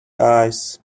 eyes